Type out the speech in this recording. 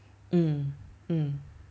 mm mm